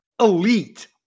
elite